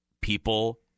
People